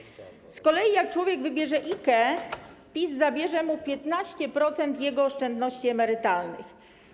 Z kolei jak człowiek wybierze IKE, PiS zabierze mu 15% jego oszczędności emerytalnych.